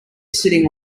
sitting